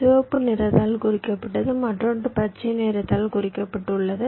சிவப்பு நிறத்தால் குறிக்கப்பட்டது மற்றொன்று பச்சை நிறத்தால் குறிக்கப்பட்டது